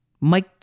Mike